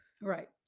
Right